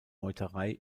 meuterei